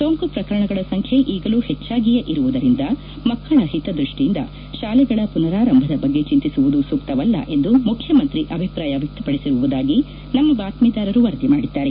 ಸೋಂಕು ಪ್ರಕರಣಗಳ ಸಂಖ್ಯೆ ಈಗಲೂ ಹೆಚ್ಚಾಗಿಯೇ ಇರುವುದರಿಂದ ಮಕ್ಕಳ ಹಿತದ್ವಸ್ಸಿಯಿಂದ ಶಾಲೆಗಳ ಮನರಾರಂಭದ ಬಗ್ಗೆ ಚಂತಿಸುವುದು ಸೂಕ್ತವಲ್ಲ ಎಂದು ಮುಖ್ಯಮಂತ್ರಿ ಅಭಿಪ್ರಾಯ ವ್ಲಕ್ತಪಡಿಸಿರುವುದಾಗಿ ನಮ್ನ ಬಾತ್ಸೀದಾರರು ವರದಿ ಮಾಡಿದ್ದಾರೆ